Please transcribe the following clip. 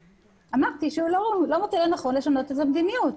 אמרתי, שהוא לא מוצא לנכון לשנות את המדיניות.